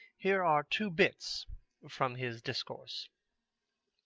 here are two bits from his discourse